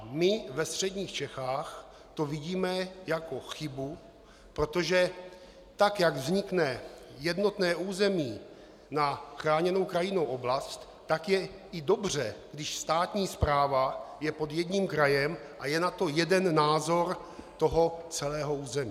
My to ve středních Čechách vidíme jako chybu, protože tak jak vznikne jednotné území na chráněnou krajinnou oblast, tak je i dobře, když státní správa je pod jedním krajem a je na to jeden názor celého území.